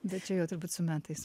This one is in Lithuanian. bet čia jo turbūt su metais